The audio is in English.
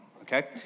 okay